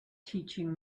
teaching